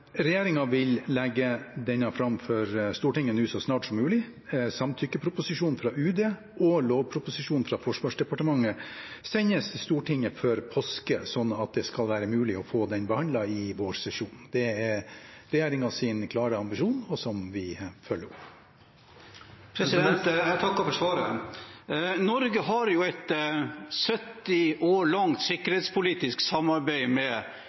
vil legge denne fram for Stortinget så snart som mulig. Samtykkeproposisjonen fra UD og lovproposisjonen fra Forsvarsdepartementet sendes til Stortinget før påske, slik at det skal være mulig å få den behandlet i vårsesjonen. Det er regjeringens klare ambisjon, som vi følger opp. Jeg takker for svaret. Norge har et 70 år langt sikkerhetspolitisk samarbeid med